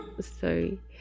sorry